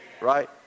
Right